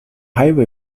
highway